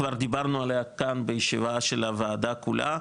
כבר דיברנו עלייה כאן בישיבה של הוועדה כולה,